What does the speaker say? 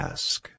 Ask